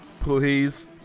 Please